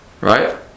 right